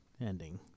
ending